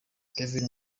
kevin